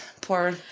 poor